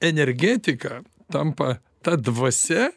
energetika tampa ta dvasia